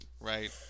right